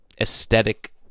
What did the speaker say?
aesthetic